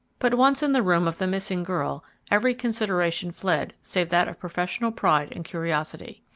but once in the room of the missing girl, every consideration fled save that of professional pride and curiosity.